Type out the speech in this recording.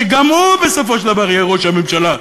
שגם הוא בסופו של דבר יהיה ראש הממשלה.